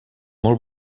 molt